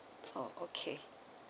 oh okay